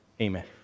Amen